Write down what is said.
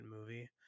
movie